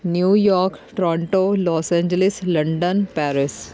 New York Toronto Los Angeles London Paris